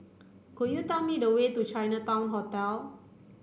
could you tell me the way to Chinatown Hotel